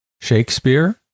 Shakespeare